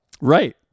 Right